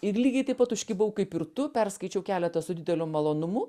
ir lygiai taip pat užkibau kaip ir tu perskaičiau keleta su dideliu malonumu